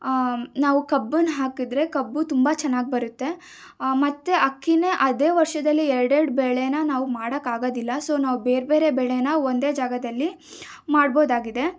ನಾವು ಕಬ್ಬನ್ನು ಹಾಕಿದರೆ ಕಬ್ಬು ತುಂಬ ಚೆನ್ನಾಗಿ ಬರತ್ತೆ ಮತ್ತು ಅಕ್ಕಿನೇ ಅದೇ ವರ್ಷದಲ್ಲಿ ಎರಡು ಎರಡು ಬೆಳೆನ ನಾವು ಮಾಡಕ್ಕಾಗೋದಿಲ್ಲ ಸೊ ನಾವು ಬೇರೆ ಬೇರೆ ಬೆಳೆನ ಒಂದೇ ಜಾಗದಲ್ಲಿ ಮಾಡ್ಬೋದಾಗಿದೆ